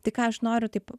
tai ką aš noriu taip